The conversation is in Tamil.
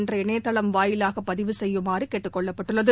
என்ற இணையதளம் வாயிலாகபதிவு செய்யுமாறகேட்டுக்கொள்ளப்பட்டுள்ளது